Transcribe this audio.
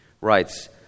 writes